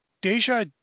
Deja